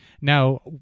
Now